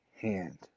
hand